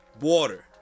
water